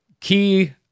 Key